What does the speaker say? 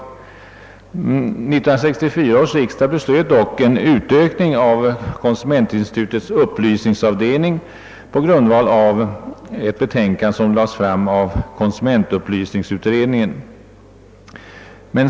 1964 års riksdag beslöt dock en utökning av konsumentinstitutets upplysningsavdelning på grundval av ett betänkande som lagts fram av konsumentupplysningsutredningen.